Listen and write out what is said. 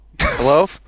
Hello